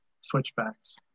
switchbacks